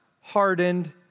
hardened